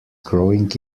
growing